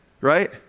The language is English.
right